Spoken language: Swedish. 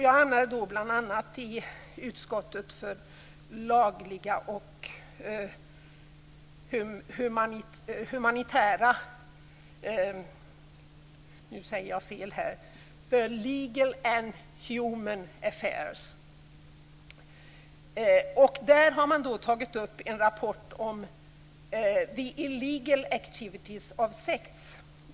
Jag hamnade i utskottet för legal and human affairs. Där har man tagit upp en rapport: The Illegal Activities of Sects.